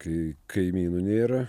kai kaimynų nėra